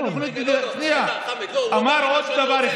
1. סליחה, חמד, לא, הוא אמר, הוא אמר עוד דבר אחד.